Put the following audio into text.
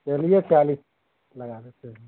चलिए चालीस लगा देते हैं